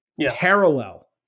parallel